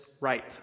right